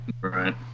right